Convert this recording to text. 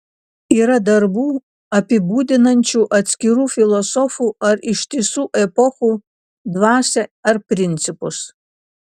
yra darbų apibūdinančių atskirų filosofų ar ištisų epochų dvasią ar principus